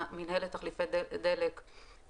מינהלת תחליפי דלק,